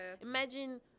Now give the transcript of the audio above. imagine